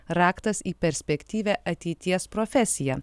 raktas į perspektyvią ateities profesiją